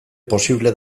posible